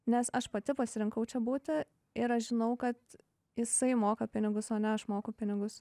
nes aš pati pasirinkau čia būti ir aš žinau kad jisai moka pinigus o ne aš moku pinigus